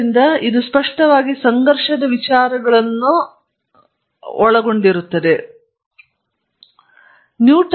ಆದ್ದರಿಂದ ಇದು ಸ್ಪಷ್ಟವಾಗಿ ಸಂಘರ್ಷದ ವಿಚಾರಗಳನ್ನು ನೀವು ಕೆಲಸ ಮಾಡಬೇಕಾದದ್ದು